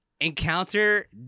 encounter